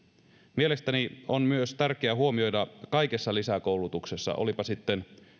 mielestäni on myös tärkeää huomioida kaikessa lisäkoulutuksessa olipa sitten